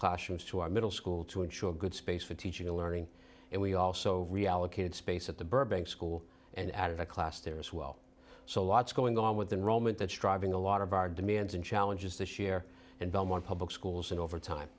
classrooms to our middle school to ensure a good space for teaching and learning and we also reallocated space at the burbank school and added a class there as well so lots going on with the roman that's driving a lot of our demands and challenges this year and belmont public schools and over time